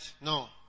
no